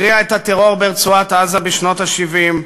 הוא הכריע את הטרור ברצועת-עזה בשנות ה-70,